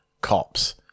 cops